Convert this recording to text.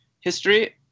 history